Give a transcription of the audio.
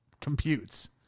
computes